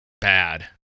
bad